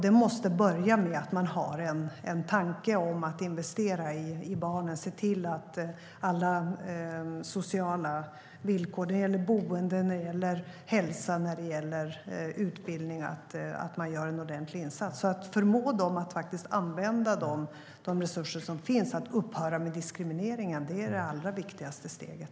Det måste börja med att man har en tanke om att investera i barnen och göra en ordentlig insats för att förbättra de sociala villkoren. Det gäller boende, hälsa och utbildning. Det handlar alltså om att förmå dem att använda de resurser som finns och upphöra med diskrimineringen. Det är det allra viktigaste steget.